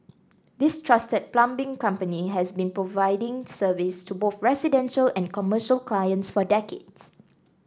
this trusted plumbing company has been providing service to both residential and commercial clients for decades